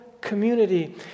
community